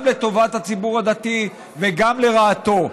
גם לטובת הציבור הדתי וגם לרעתו.